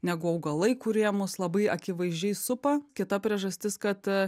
negu augalai kurie mus labai akivaizdžiai supa kita priežastis kad